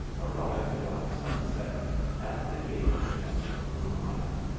arrived about sun set at the gates of granada.